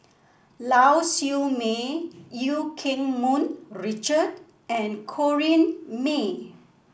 Lau Siew Mei Eu Keng Mun Richard and Corrinne May